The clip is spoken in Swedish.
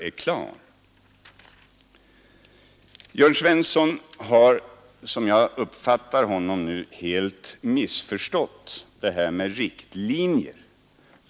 Jörn Svensson har, som jag uppfattar honom nu, helt missförstått det här med riktlinjer.